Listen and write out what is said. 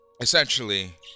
essentially